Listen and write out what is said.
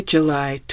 July